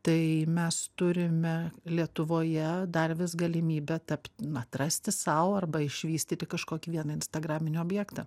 tai mes turime lietuvoje dar vis galimybę tapt atrasti sau arba išvystyti kažkokį vieną instagraminį objektą